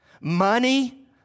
Money